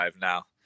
now